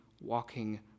walking